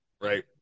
right